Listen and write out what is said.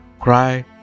Cry